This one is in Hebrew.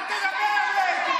לילדים אין כסף, שימותו מרעב, אה?